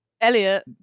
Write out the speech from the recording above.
Elliot